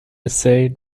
سیل